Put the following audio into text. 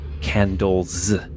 candles